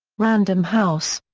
random house.